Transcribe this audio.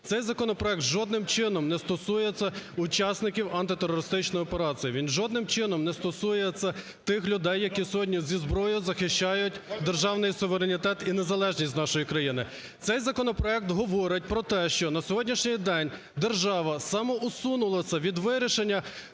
Цей законопроект жодним чином не стосується учасників антитерористичної операції. Він жодним чином не стосується тих людей, які сьогодні зі зброєю захищають державний суверенітет і незалежність нашої країни. Цей законопроект говорить про те, що на сьогоднішній день держава самоусунулася від вирішення